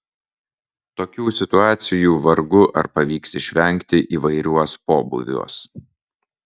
tokių situacijų vargu ar pavyks išvengti įvairiuos pobūviuos